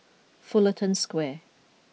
Fullerton Square